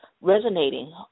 resonating